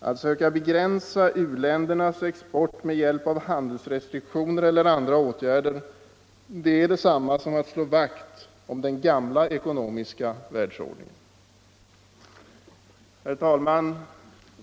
Att söka begränsa uländernas export med hjälp av handelsrestriktioner eller andra åtgärder är detsamma som att slå vakt om den gamla ekonomiska världsordningen. Herr talman!